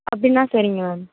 அப்படின்னா சரிங்க மேம்